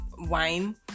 wine